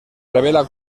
revela